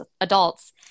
adults